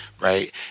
right